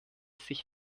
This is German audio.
sich